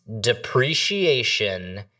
depreciation